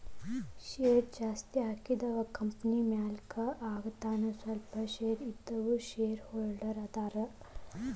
share ಜಾಸ್ತಿ ಹಾಕಿದವ company ಮಾಲೇಕ ಆಗತಾನ ಸ್ವಲ್ಪ ಶೇರ್ ಇದ್ದವ ಶೇರ್ ಹೋಲ್ಡರ್ ಆಗತಾನ